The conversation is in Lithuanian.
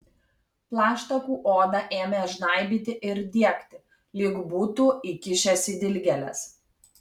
plaštakų odą ėmė žnaibyti ir diegti lyg būtų įkišęs į dilgėles